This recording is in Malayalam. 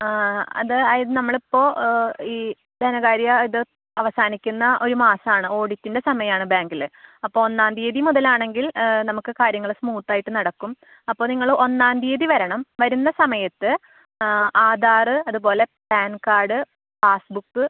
അതായത് നമ്മളിപ്പോൾ ഈ ധനകാര്യ ഇത് അവസാനിക്കുന്ന ഒരു മാസമാണ് ഓഡിറ്റിൻ്റെ സമയമാണ് ബാങ്കിൽ അപ്പോൾ ഒന്നാം തീയതി മുതലാണെങ്കിൽ നമുക്ക് കാര്യങ്ങൾ സ്മൂത്ത് ആയിട്ട് നടക്കും അപ്പോൾ നിങ്ങൾ ഒന്നാം തീയതി വരണം വരുന്ന സമയത്ത് ആ ആധാർ അതുപോലെ പാൻ കാർഡ് പാസ്ബുക്ക്